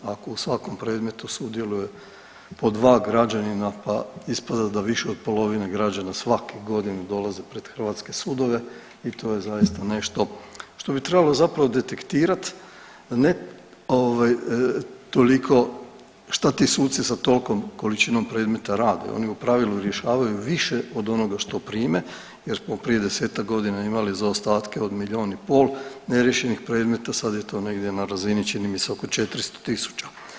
Ako u svakom predmetu sudjeluju po 2 građanina pa ispada da više od polovina građana svake godine dolaze pred hrvatske sudove i to je zaista nešto što bi trebalo zapravo detektirati, ne ovaj toliko šta ti suci sa tolikom količinom predmeta rade, oni u pravilu rješavaju više od onoga što prime jer smo prije 10-ak godina imali zaostatke od milijun i pol neriješenih predmeta, sad je to negdje na razini, čini mi se, oko 400 tisuća.